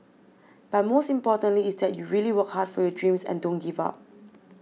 but most importantly is that you really work hard for your dreams and don't give up